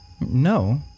No